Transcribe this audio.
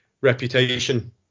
reputation